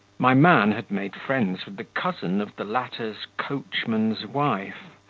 my man had made friends with the cousin of the latter's coachman's wife.